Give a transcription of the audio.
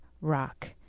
rock